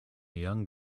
young